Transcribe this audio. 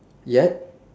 yat